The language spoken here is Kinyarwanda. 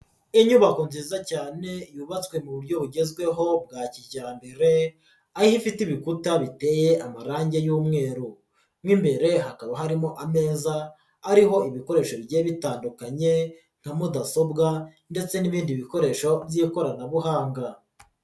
Inyubako nziza cyane yubatswe mu buryo bugezweho bwa kijyambereyo, aho ifite ibikuta biteye amarangi y'umweru, mo imbere hakaba harimo ameza, ariho ibikoresho bigiye bitandukanye nka mudasobwa ndetse n'ibindi bikoresho by'ikoranabuhanga.